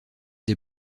des